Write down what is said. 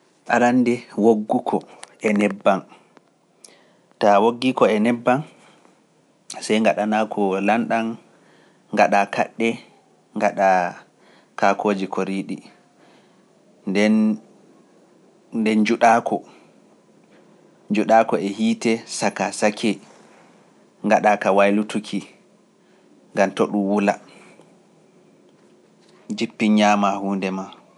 arande wogguko e nebbam taa woggiiko e nebbam sey ngaɗanako lanɗam ngaɗa kaɗɗe ngaɗa kakooji koriidi nden nden njuɗako njuɗako e hiite saka saki ngaɗa ka waylutuki ngam toɗu wula jippi ñaama huunde maa